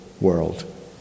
world